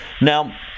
Now